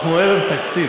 אנחנו ערב תקציב,